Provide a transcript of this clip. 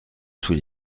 sous